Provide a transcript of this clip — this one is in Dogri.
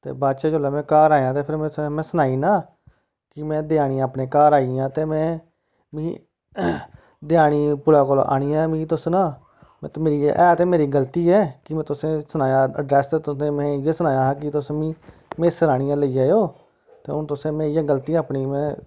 ते बाद च जिसलै में घर आया ते फिर में सनाई ओड़ना कि में देआनी अपने घर आई आं ते में मिगी देआनी पुलै कोल आनियै मिगी तुस ना एह् ते मेरी गल्ती ऐ में तुसेंगी सनाया ड्रैस ते में तुसेंगी इ'यै सनाया कि तुस मिगी मेसर आनियै लेई जाएओ ते हून तुसें में गल्ती अपनी में